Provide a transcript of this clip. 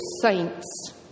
saints